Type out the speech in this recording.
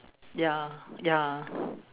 ya ya